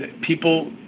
people